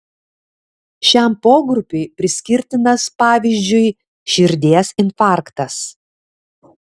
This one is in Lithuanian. šiam pogrupiui priskirtinas pavyzdžiui širdies infarktas